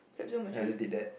capsule machine